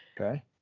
Okay